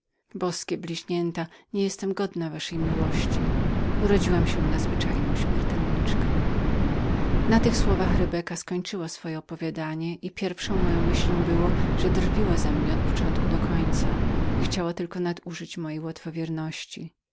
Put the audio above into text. boskie bliźnięta nie jestem godną waszej miłości urodziłam się na zwyczajną śmiertelniczkę na tych słowach rebeka skończyła swoje opowiadanie i pierwszą moją myślą było że drwiła ze mnie od początku do końca i że chciała tylko nadużywać mojej